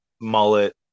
mullet